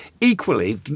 Equally